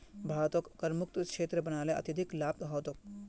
भारतक करमुक्त क्षेत्र बना ल अत्यधिक लाभ ह तोक